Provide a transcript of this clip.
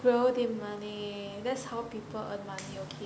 we all need money that's how people earn money okay